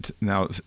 now